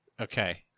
Okay